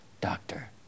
doctor